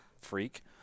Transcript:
freak